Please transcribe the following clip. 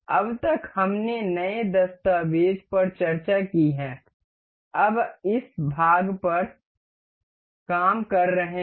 अब तक हमने नए दस्तावेज़ पर चर्चा की है हम इस भाग पर काम कर रहे हैं